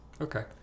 Okay